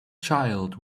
child